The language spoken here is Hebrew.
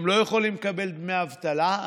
הם לא יכולים לקבל דמי אבטלה,